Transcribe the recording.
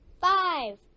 five